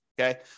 Okay